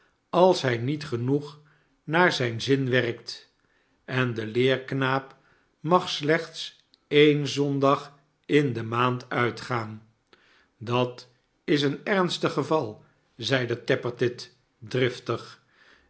als hij niet genoeg naar zijn zin werkt en de leerknaap mag slechts een zondag in de maand uitgaan dat is een ernstig geval zeide tappertit driftig